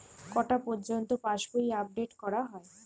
কটা পযর্ন্ত পাশবই আপ ডেট করা হয়?